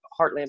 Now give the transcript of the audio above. Heartland